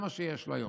זה מה שיש לו היום.